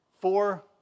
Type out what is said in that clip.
four